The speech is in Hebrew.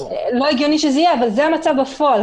אבל זה המצב בפועל.